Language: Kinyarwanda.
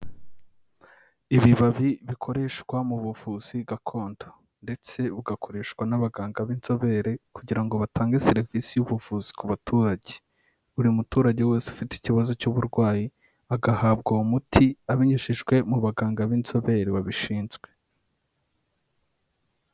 Ibibabi bikoreshwa mu buvuzi gakondo, ndetse bugakoreshwa n'abaganga b'inzobere kugira ngo batange serivisi y'ubuvuzi ku baturage. Buri muturage wese ufite ikibazo cy'uburwayi, agahabwa uwo muti abinyujijwe mu baganga b'inzobere babishinzwe.